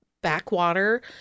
backwater